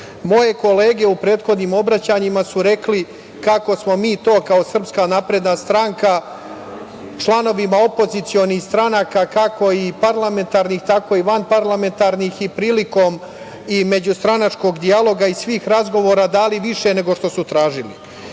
kolege u prethodnim obraćanjima su rekle kako smo mi to kao Srpska napredna stranka članovima opozicionih stranaka, kako i parlamentarnih, tako i vanparlamentarnih i prilikom međustranačkog dijaloga i svih razgovora dali više nego što su tražili,